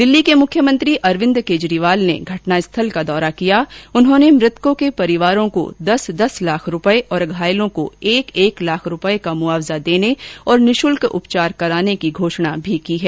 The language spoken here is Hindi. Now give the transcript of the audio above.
दिल्ली के मुख्यमंत्री अरविन्द केजरीवाल ने घटनास्थल का दौरा किया उन्होंने मृतकों के परिवारों को दस दस लाख रूपये और घायलों को एक एक लाख रुपये का मुआवजा देने तथा निशुल्क उपचार की घोषणा भी की है